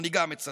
ואני גם מצטט: